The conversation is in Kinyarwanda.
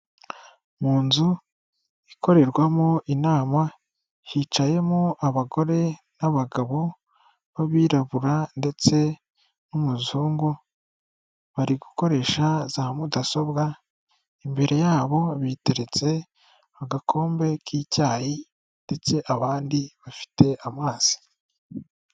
Mu nzu ikorerwamo inama hicayemo abagore n'abagabo b'abirabura ndetse n'umuzungu bari gukoresha za mudasobwa imbere yabo biteretse agakombe k'icyayi ndetse abandi bafite amazi.